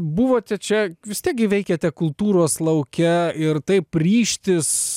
buvote čia vis tiek gi veikėte kultūros lauke ir taip ryžtis